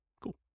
Cool